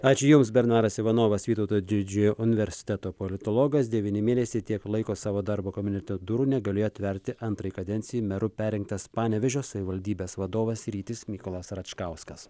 ačiū jums bernaras ivanovas vytauto didžiojo universiteto politologas devyni mėnesiai tiek laiko savo darbo kabineto durų negalėjo atverti antrai kadencijai meru perrinktas panevėžio savivaldybės vadovas rytis mykolas račkauskas